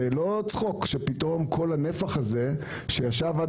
זה לא צחוק שפתאום כל הנפח הזה שישב עד